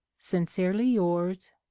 sincerely yours,